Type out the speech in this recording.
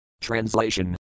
Translation